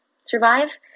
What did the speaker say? survive